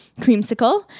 creamsicle